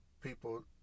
people